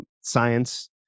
science